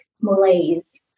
malaise